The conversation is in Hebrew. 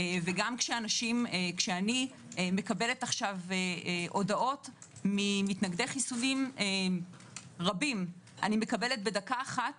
כשאני מקבלת הודעות ממתנגדי חיסונים רבים אני מקבלת בדקה אחת